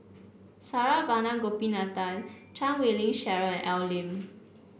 Saravanan Gopinathan Chan Wei Ling Cheryl and Al Lim